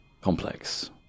complex